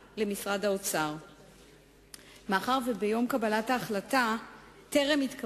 3. האם ניתנו